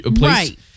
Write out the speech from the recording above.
Right